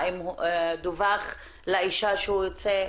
האם דווח לאשה שהוא יוצא?